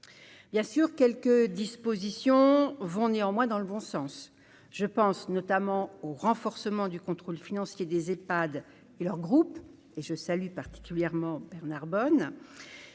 bien sûr quelques dispositions vont néanmoins dans le bon sens, je pense notamment au renforcement du contrôle financier, des Ephad et leur groupe et je salue particulièrement Bernard Bonne,